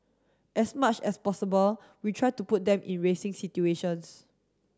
as much as possible we try to put them in racing situations